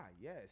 Yes